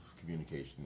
communication